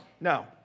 no